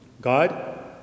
God